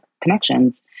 connections